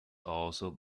also